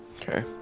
Okay